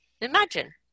Imagine